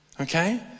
okay